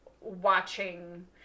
watching